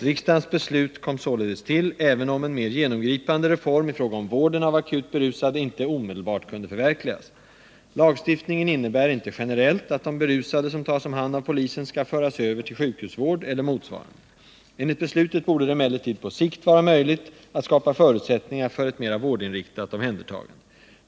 Riksdagens beslut kom således till även om en mer genomgripande reform i fråga om vården av akut berusade inte omedelbart kunde förverkligas. Lagstiftningen innebär inte generellt att de berusade som tas om hand av polisen skall föras över till sjukhusvård eller motsvarande. Enligt beslutet borde det emellertid på sikt vara möjligt att skapa förutsättningar för ett mera vårdinriktat omhändertagande.